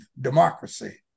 democracy